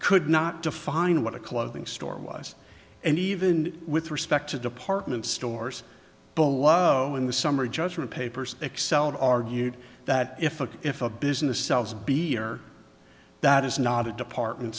could not define what a clothing store was and even with respect to department stores below in the summary judgment papers excelled argued that if a if a business sells be here that is not a department